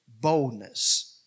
boldness